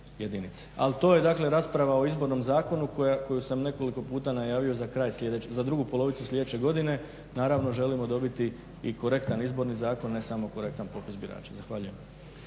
Ali to je dakle rasprava o Izbornom zakonu koju sam nekoliko puta najavio za kraj sljedeće, za drugu polovicu sljedeće godine. Naravno želimo dobiti i korektan Izborni zakon ne samo korektan popis birača. Zahvaljujem.